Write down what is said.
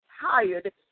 tired